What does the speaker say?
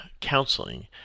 counseling